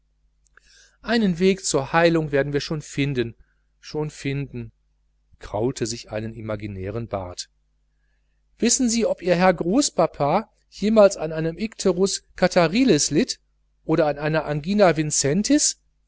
einen weg zur heilung werden wir schon finden schon finden sie kraute sich einen imaginären bart wissen sie ob ihr herr großpapa jemals an einem icterus katarrhalis litt oder an einer angina